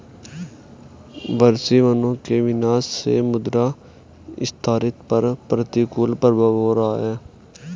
वर्षावनों के विनाश से मृदा स्थिरता पर प्रतिकूल प्रभाव हो रहा है